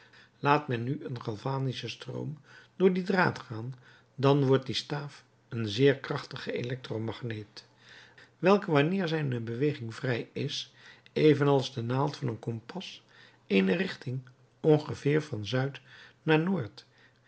laat men nu een galvanischen stroom door dien draad gaan dan wordt die staaf een zeer krachtige elektromagneet welke wanneer zijne beweging vrij is even als de naald van een kompas eene richting ongeveer van zuid naar noord